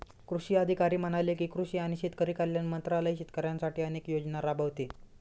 कृषी अधिकारी म्हणाले की, कृषी आणि शेतकरी कल्याण मंत्रालय शेतकऱ्यांसाठी अनेक योजना राबवते